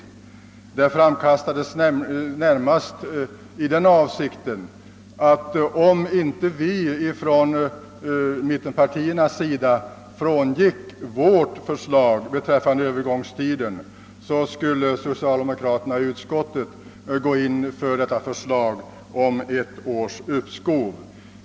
Detta bud framkastades när mast i den avsikten, att om vi inom mittenpartierna inte frångick vårt förslag beträffande övergångstiden, så skul-. le de socialdemokratiska ledamöterna av utskottet gå in för förslaget om ett års uppskov.